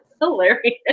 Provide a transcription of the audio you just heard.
Hilarious